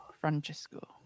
Francesco